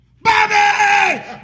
Bobby